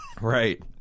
Right